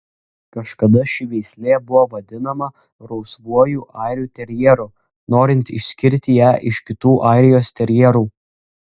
kažkada ši veislė buvo vadinama rausvuoju airių terjeru norint išskirti ją iš kitų airijos terjerų